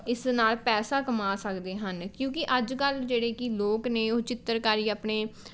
ਇਸ ਨਾਲ ਪੈਸਾ ਕਮਾ ਸਕਦੇ ਹਨ ਕਿਉਂਕਿ ਅੱਜ ਕੱਲ੍ਹ ਜਿਹੜੇ ਕਿ ਲੋਕ ਨੇ ਉਹ ਚਿੱਤਰਕਾਰੀ ਆਪਣੇ